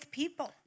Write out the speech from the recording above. people